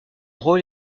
rôle